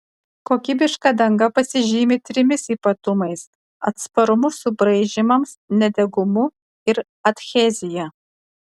kokybiška danga pasižymi trimis ypatumais atsparumu subraižymams nedegumu ir adhezija